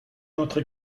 notre